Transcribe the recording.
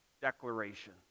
declaration